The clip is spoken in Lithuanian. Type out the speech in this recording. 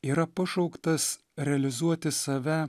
yra pašauktas realizuoti save